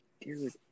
dude